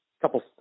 couple